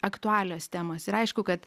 aktualios temos ir aišku kad